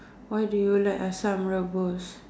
why do you like asam rebus